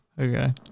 okay